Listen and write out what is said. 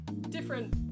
different